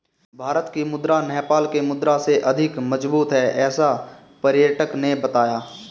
भारत की मुद्रा नेपाल के मुद्रा से अधिक मजबूत है ऐसा पर्यटक ने बताया